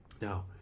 now